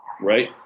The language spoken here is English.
right